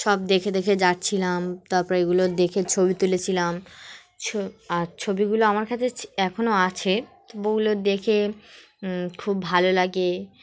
সব দেখে দেখে যাচ্ছিলাম তারপর এগুলো দেখে ছবি তুলেছিলাম ছ আর ছবিগুলো আমার কাছে এখনও আছে ত ওগুলো দেখে খুব ভালো লাগে